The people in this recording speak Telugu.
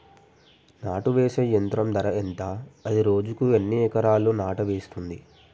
నాటు వేసే యంత్రం ధర ఎంత? అది రోజుకు ఎన్ని ఎకరాలు నాటు వేస్తుంది?